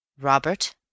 Robert